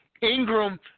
Ingram